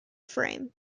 frame